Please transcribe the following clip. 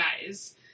guys